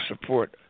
support